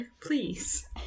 Please